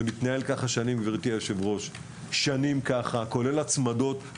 זה מתנהל כך שנים, גברתי היושבת-ראש, כולל הצמדות.